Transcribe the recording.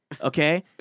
Okay